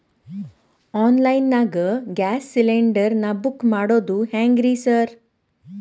Online ನಾಗ gas cylinder ನಾ book ಮಾಡೋದ್ ಹೆಂಗ್ರಿ ಸಾರ್?